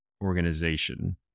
organization